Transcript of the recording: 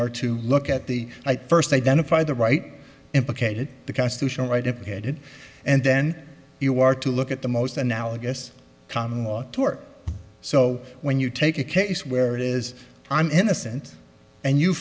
are to look at the i first identify the right implicated the constitutional right to pit and then you are to look at the most analogous common law tort so when you take a case where it is i'm innocent and you